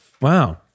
Wow